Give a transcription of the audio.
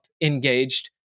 engaged